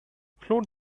float